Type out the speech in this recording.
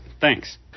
thanks